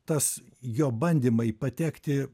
tas jo bandymai patekti